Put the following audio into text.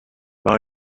par